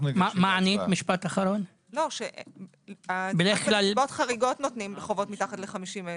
בדרך כלל בנסיבות חריגות נותנים מתחת ל-50,000.